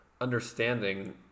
understanding